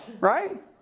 Right